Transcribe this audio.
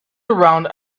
around